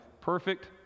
Perfect